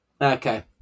Okay